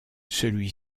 celui